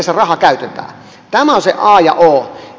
tämä on se a ja o